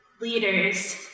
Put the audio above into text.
leaders